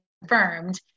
confirmed